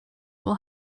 will